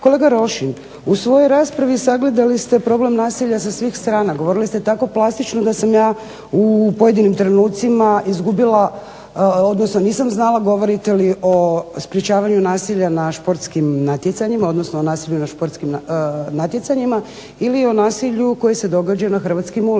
Kolega Rošin u svojoj raspravi sagledali ste problem nasilja sa svih strana, govorili ste tako plastično da sam ja u pojedinim trenucima nisam znala govorite li o sprečavanju nasilja na sportskim natjecanja odnosno o nasilju na sportskim natjecanjima ili o nasilju koji se događa na hrvatskim ulicama.